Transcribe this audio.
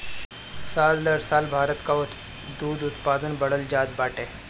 साल दर साल भारत कअ दूध उत्पादन बढ़ल जात बाटे